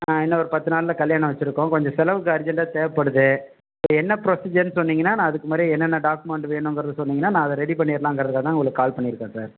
ஆ இன்னும் ஒரு பத்து நாளில் கல்யாணம் வெச்சிருக்கோம் கொஞ்சம் செலவுக்கு அர்ஜெண்ட்டாக தேவைப்படுது சரி என்ன புரொசிஜர்னு சொன்னீங்கனா நான் அதுக்கு முன்னாடியே என்னென்ன டாக்குமெண்ட்டு வேணுங்கிறது சொன்னீங்கனா நான் அதை ரெடி பண்ணிடலாம்ங்குறதுக்காக தான் நான் உங்களுக்கு கால் பண்ணியிருக்கேன் சார்